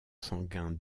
sanguin